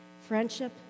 Friendship